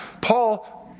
Paul